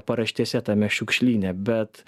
paraštėse tame šiukšlyne bet